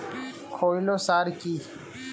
খৈল সার কি?